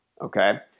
okay